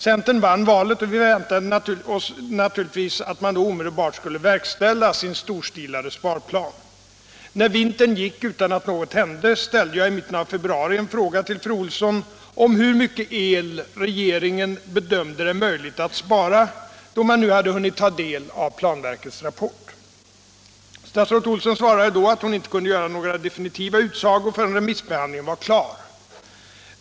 Centern vann valet, och vi väntade naturligtvis att man då omedelbart skulle verkställa sin storstilade sparplan. När vintern gick utan att något hände ställde jag i mitten av februari en fråga till fru Olsson om hur mycket el regeringen bedömde det möjligt att spara, då man nu hade hunnit ta del av planverkets rapport. Statsrådet Olsson svarade då att hon inte kunde göra några definitiva utsagor förrän remissbehandlingen var klar.